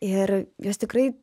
ir jos tikrai